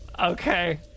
Okay